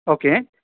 okay